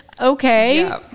Okay